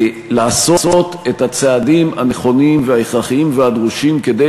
לעשות את הצעדים הנכונים וההכרחיים והדרושים כדי